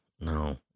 No